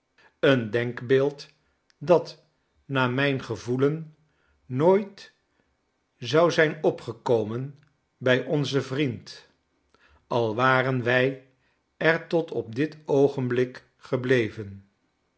een denkbeeld dat naar mijn gevoelen nooit zou zijn opgekomen bij onzen vriend al waren wij ertot op dit oogenblik gebleven